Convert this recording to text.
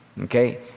okay